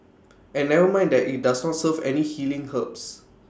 and never mind that IT does not serve any healing herbs